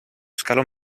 scalo